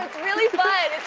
really fun.